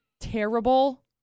terrible